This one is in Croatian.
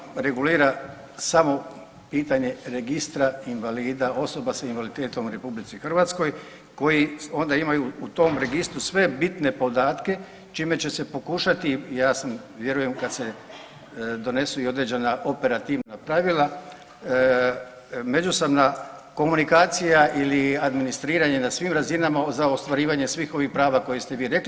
Ovaj Zakon regulira samo pitanje Registra invalida, osoba s invaliditetom u RH, koji onda imaju u tom Registru sve bitne podatke čime će se pokušati, ja sam, vjerujem, kad se donesu i određena operativna pravila, međusobna komunikacija ili administriranje na svim razinama za ostvarivanje svih ovih prava koje ste vi rekli.